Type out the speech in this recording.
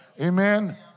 amen